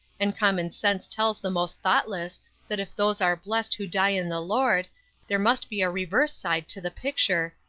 and common sense tells the most thoughtless that if those are blessed who die in the lord there must be a reverse side to the picture,